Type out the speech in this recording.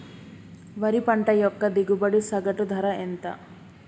వరి పంట యొక్క దిగుబడి సగటు ధర ఎంత?